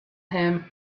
him